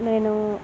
నేను